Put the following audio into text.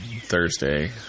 Thursday